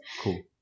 Cool